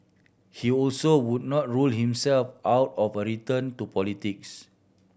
he also would not rule himself out of a return to politics